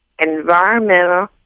Environmental